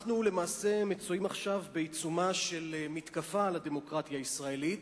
אנחנו למעשה מצויים עכשיו בעיצומה של מתקפה על הדמוקרטיה הישראלית,